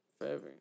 forever